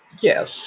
yes